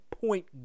point